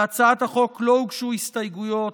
להצעת החוק לא הוגשו הסתייגויות,